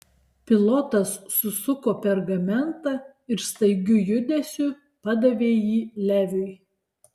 pilotas susuko pergamentą ir staigiu judesiu padavė jį leviui